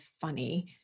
funny